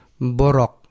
borok